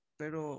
pero